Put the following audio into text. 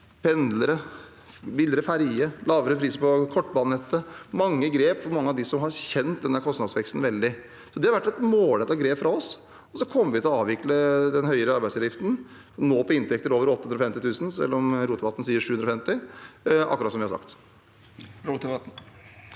pendlere, få billigere ferjer, lavere pris på kortbanenettet – mange grep for mange av dem som har kjent denne kostnadsveksten veldig. Det har vært et målrettet grep fra oss. Så kommer vi til å avvikle den høyere arbeidsgiveravgiften – nå på inntekter over 850 000 kr, selv om Rotevatn sier 750 000 kr – akkurat som vi har sagt. Sveinung